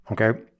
Okay